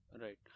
Right